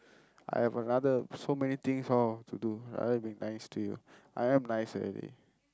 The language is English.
I've another so many things all to do other than being nice to you I am nice already